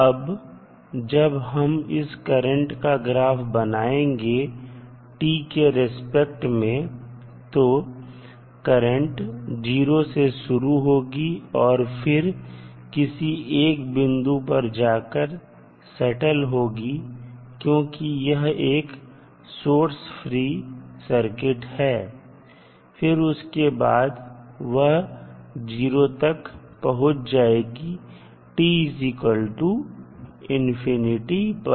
अब जब हम इस करंट का ग्राफ बनाएंगे t के रिस्पेक्ट में तो करंट 0 से शुरू होगी और फिर किसी एक बिंदु पर जाकर सेटल होगी क्योंकि यह एक सोर्स फ्री सर्किट है फिर उसके बाद वह 0 तक पहुंच जाएगी tinfinity पर